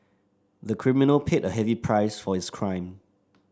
the criminal paid a heavy price for his crime